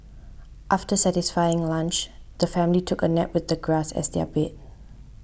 after satisfying lunch the family took a nap with the grass as their bed